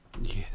Yes